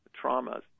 traumas